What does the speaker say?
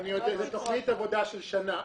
זו תוכנית עבודה של שנה.